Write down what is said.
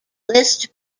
list